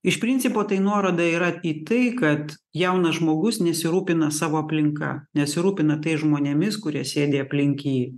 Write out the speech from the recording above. iš principo tai nuoroda yra į tai kad jaunas žmogus nesirūpina savo aplinka nesirūpina tais žmonėmis kurie sėdi aplink jį